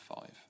five